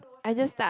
I just touch